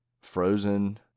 frozen